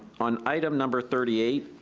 on item number thirty eight,